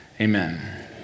amen